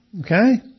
Okay